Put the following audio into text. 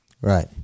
Right